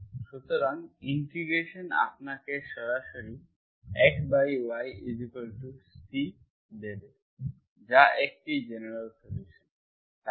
সুতরাং ইন্টিগ্রেশন আপনাকে সরাসরি xyC দেবে যা একটি জেনারেল সলিউসনতাই না